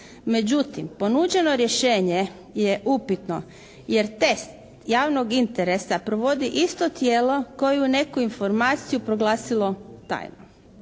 Međutim, ponuđeno rješenje je upitno jer test javnog interesa provodi isto tijelo koje je neku informaciju proglasilo tajnom.